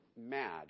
mad